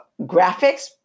graphics